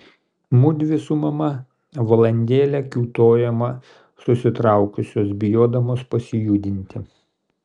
mudvi su mama valandėlę kiūtojome susitraukusios bijodamos pasijudinti